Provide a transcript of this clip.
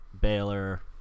baylor